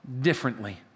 differently